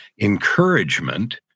encouragement